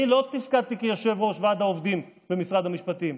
אני לא תפקדתי כיושב-ראש ועד העובדים במשרד המשפטים,